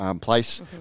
place